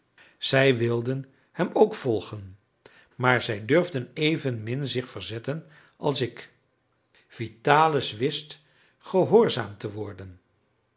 zij wilden hem ook volgen maar zij durfden evenmin zich verzetten als ik vitalis wist gehoorzaamd te worden